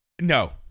No